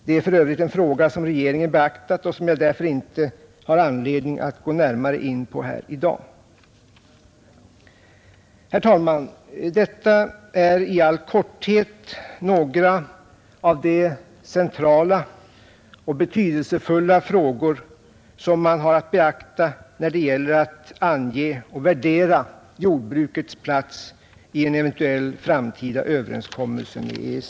Det är för övrigt en fråga som regeringen beaktat och som jag därför inte har anledning att närmare gå in på här i dag. Herr talman! Detta är i all korthet några av de centrala och betydelsefulla frågor som man har att beakta när det gäller att ange och värdera jordbrukets plats i en eventuell framtida överenskommelse med